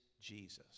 Jesus